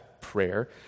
prayer